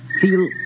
feel